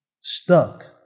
stuck